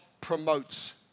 promotes